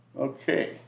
okay